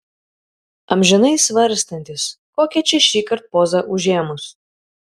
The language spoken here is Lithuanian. amžinai svarstantys kokią čia šįkart pozą užėmus